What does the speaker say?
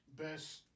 Best